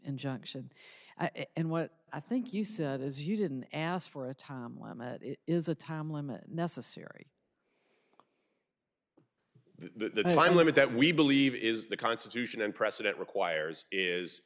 injunction and what i think you said is you didn't ask for a time is a time limit necessary the time limit that we believe is the constitution and precedent requires is